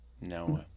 no